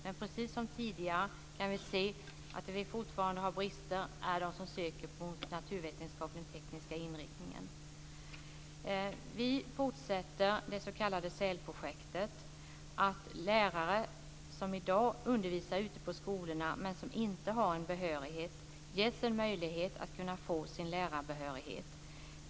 Men precis som tidigare kan vi se att vi fortfarande har brister när det gäller sökande till utbildningar med naturvetenskaplig och teknisk inriktning. Vi fortsätter det s.k. SÄL-projektet, att lärare som i dag undervisar ute på skolorna men som inte har behörighet ges möjlighet att få sin lärarbehörighet.